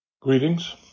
Greetings